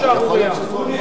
שערורייה.